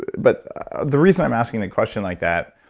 but the reason i'm asking a question like that,